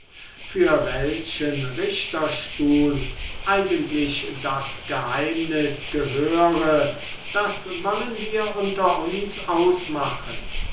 für welchen richterstuhl eigentlich das geheimnis gehöre das wollen wir unter uns ausmachen